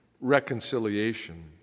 reconciliation